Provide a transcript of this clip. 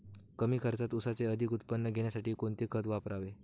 कमी खर्चात ऊसाचे अधिक उत्पादन घेण्यासाठी कोणते खत वापरावे?